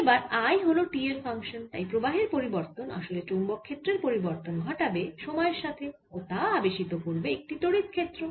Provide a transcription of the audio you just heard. এবার I হল t এর ফাংশান তাই প্রবাহের পরির্তন আসলে চৌম্বক ক্ষেত্রের পরিবর্তন ঘটাবে সময়ের সাথে ও তা আবেশিত করবে একটি তড়িৎ ক্ষেত্র